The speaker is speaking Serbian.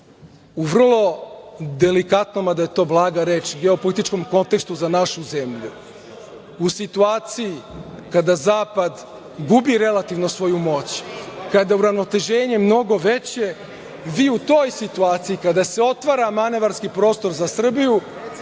u vrlo delikatnim, a da je to blaga reč, geopolitičkom kontekstu za našu zemlju, u situaciji kada zapad gubi relativno svoju moć, kada je uravnoteženje mnogo veće, vi u toj situaciji kada se otvora manevarski prostor za Srbiju,